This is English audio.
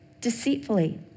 deceitfully